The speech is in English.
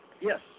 Yes